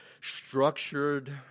structured